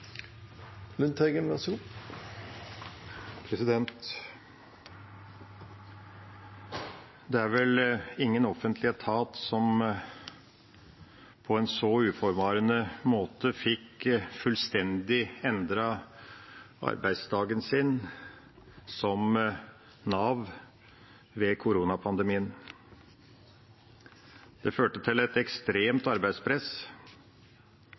på en så uforvarende måte fikk fullstendig endret arbeidsdagen sin som Nav ved koronapandemien. Det førte til et ekstremt arbeidspress.